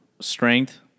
strength